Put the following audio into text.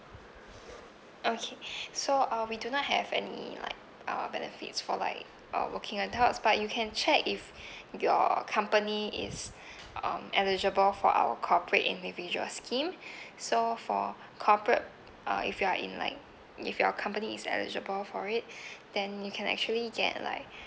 okay so uh we do not have any like uh benefits for like uh working adults but you can check if your company is um eligible for our corporate individual scheme so for corporate uh if you are in like if your company is eligible for it then you can actually get like